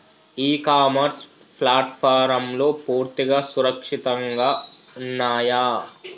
ఇ commerce ప్లాట్ఫారమ్లు పూర్తిగా సురక్షితంగా ఉన్నయా?